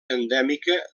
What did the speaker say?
endèmica